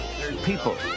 people